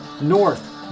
North